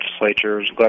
legislatures